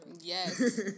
yes